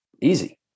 easy